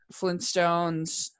Flintstones